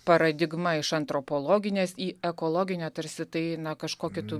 paradigma iš antropologinės į ekologinę tarsi tai kažkuo kitu